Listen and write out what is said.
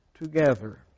together